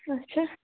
اچھا